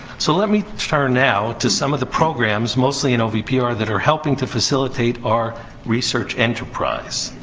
so, let me turn now to some of the programs, mostly in ovpr, that are helping to facilitate our research enterprise.